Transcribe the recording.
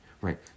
right